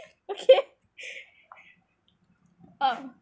okay oh